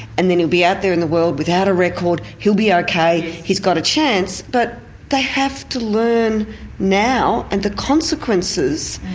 and then he'll be out there in the world without a record, he'll be ok. he's got a chance. but they have to learn now, and the consequences,